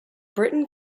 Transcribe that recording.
britain